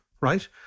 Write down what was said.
right